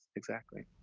exactly.